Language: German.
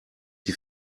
die